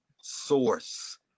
source